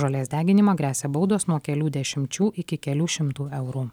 žolės deginimą gresia baudos nuo kelių dešimčių iki kelių šimtų eurų